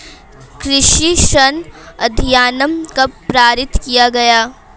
कृषि ऋण अधिनियम कब पारित किया गया?